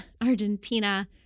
Argentina